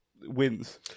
wins